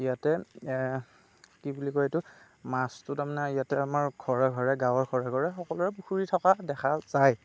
ইয়াতে কি বুলি কয় এইটো মাছটো তাৰ মানে ইয়াতে আপোনাৰ গাঁৱৰ ঘৰে ঘৰে সকলোৰে পুখুৰি থকা দেখা যায়